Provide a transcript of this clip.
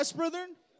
brethren